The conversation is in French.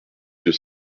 deux